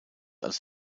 als